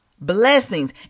Blessings